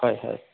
হয় হয়